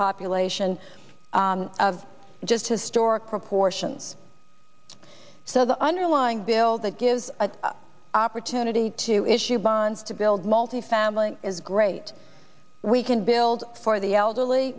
population of just historic proportions so the underlying bill that gives an opportunity to issue bonds to build multifamily is great we can build for the elderly